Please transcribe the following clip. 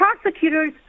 prosecutors